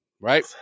right